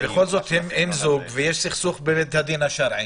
בכל זאת, אם הם זוג ויש סכסוך בבית הדין השרעי?